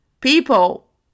People